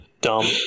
Dumb